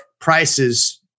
prices